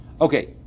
Okay